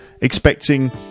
expecting